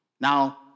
Now